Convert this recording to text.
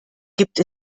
gibt